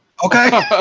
Okay